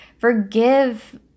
Forgive